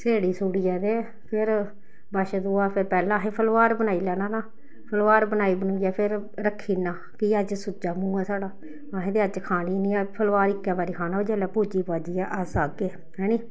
सेड़ी सूड़ियै ते फिर बच्छ दुआह् फिर पैह्ला अहें फलोहार बनाई लैना फलोहार बनाई बनूइयै फिर रक्खी ओड़ना कि अज्ज सुच्चा मूंह् ऐ साढ़ा असें ते अज्ज खानी निं ऐ फलोहार इक्कै बारी खाना जेल्लै पूजी पाज्जियै अस आग्गे है निं